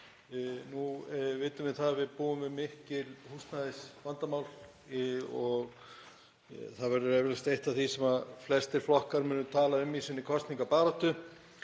Nú vitum við það að við búum við mikið húsnæðisvandamál og það verður eflaust eitt af því sem flestir flokkar munu tala um í sinni kosningabaráttu.